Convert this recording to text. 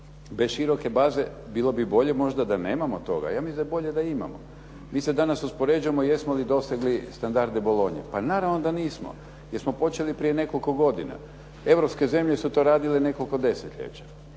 Bez široke baze bilo bi bolje možda da nemamo toga. Ja mislim da je bolje da imamo. Mi se danas uspoređujemo jesmo li dosegli standarde Bolonje. Pa naravno da nismo jer smo počeli prije nekoliko godina. Europske zemlje su to radile nekoliko desetljeća.